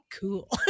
cool